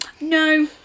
No